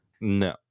No